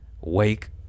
Wake